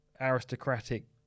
aristocratic